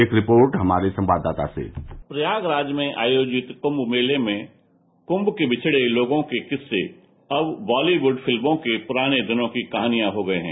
एक रिपोर्ट हमारे संवाददाता से प्रयागराज में आयोजित कुम्म मेले में कुम्म के बिछड़े लोगों के किस्से अब वॉलीवुड फिल्मों के पुराने दिनों की कहानियां हो गये हैं